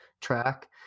track